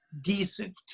decent